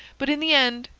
but in the end,